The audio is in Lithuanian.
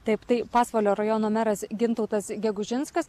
taip tai pasvalio rajono meras gintautas gegužinskas